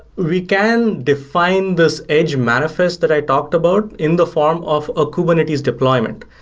we can define this edge manifest that i talked about in the form of a kubernetes deployment.